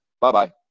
Bye-bye